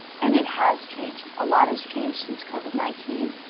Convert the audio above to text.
and it has changed, a lot has changed since covid nineteen,